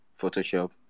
Photoshop